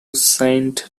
saint